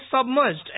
submerged